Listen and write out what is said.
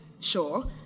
sure